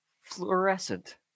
fluorescent